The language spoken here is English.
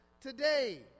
today